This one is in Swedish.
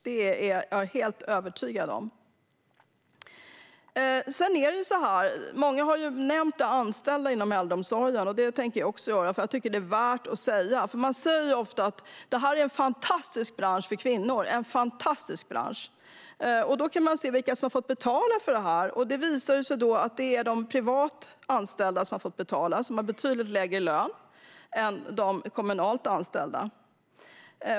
Det är jag helt övertygad om. Många har nämnt de anställda inom äldreomsorgen, och det tänker jag också göra. Jag tycker nämligen att följande är värt att nämnas. Det sägs ofta att det här är en fantastisk bransch för kvinnor. Då kan man titta på vilka det är som har fått betala för det här, och det visar sig att det är de privat anställda som har fått göra det. De har betydligt lägre lön än de kommunalt anställda.